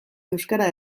euskara